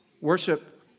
worship